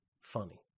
funny